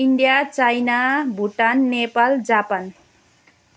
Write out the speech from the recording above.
India China Bhutan Nepal Japan